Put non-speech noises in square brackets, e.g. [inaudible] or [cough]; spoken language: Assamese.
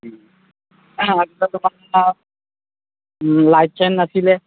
[unintelligible] লাইট চাইট নাছিলে